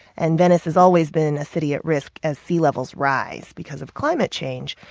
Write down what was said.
and venice has always been a city at risk as sea levels rise because of climate change.